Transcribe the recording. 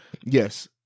Yes